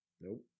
Nope